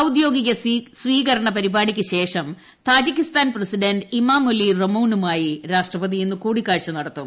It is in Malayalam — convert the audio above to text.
ഔദ്യോഗിക സ്വീകരണ പരിപാടിക്കു ശേഷം താജിക്കിസ്ഥാൻ പ്രസിഡന്റ് ഇമാമൊലി റാമോണുമായി രാഷ്ട്രപതി ഇന്ന് കൂടിക്കാഴ്ച നടത്തും